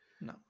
No